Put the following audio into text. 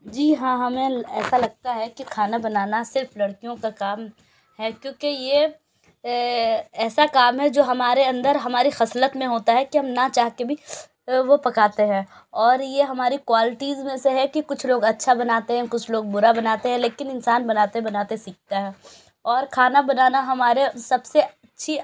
جی ہاں ہمیں ایسا لگتا ہے کہ کھانا بنانا صرف لڑکیوں کا کام ہے کیونکہ یہ ایسا کام ہے جو ہمارے اندر ہمارے خصلت میں ہوتا ہے کہ ہم نہ چاہ کے بھی وہ پکاتے ہیں اور یہ ہماری کوالٹیز میں سے ہے کہ کچھ لوگ اچھا بناتے ہیں کچھ لوگ بُرا بناتے ہیں لیکن انسان بناتے بناتے سیکھتا ہے اور کھانا بنانا ہمارے سب سے اچھی